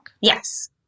Yes